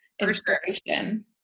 inspiration